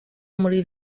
muri